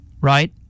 Right